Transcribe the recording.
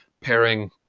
pairing